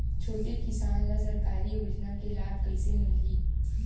छोटे किसान ला सरकारी योजना के लाभ कइसे मिलही?